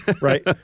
Right